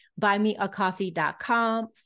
Buymeacoffee.com